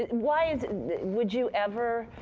and why is would you ever